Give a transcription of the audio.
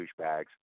douchebags